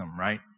right